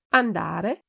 andare